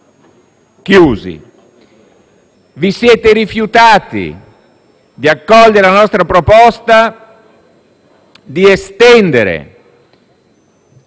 chiusi. Vi siete rifiutati di accogliere la nostra proposta di estendere